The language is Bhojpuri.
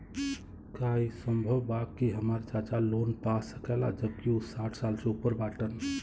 का ई संभव बा कि हमार चाचा लोन पा सकेला जबकि उ साठ साल से ऊपर बाटन?